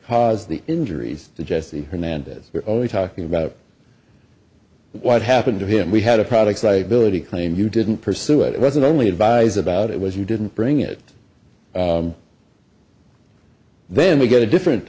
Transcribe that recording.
caused the injuries to jesse hernandez we're only talking about what happened to him we had a products liability claim you didn't pursue it wasn't only advise about it was you didn't bring it then we get a different